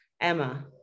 Emma